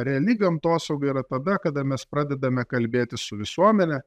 reali gamtosauga yra tada kada mes pradedame kalbėti su visuomene